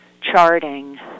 charting